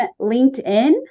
LinkedIn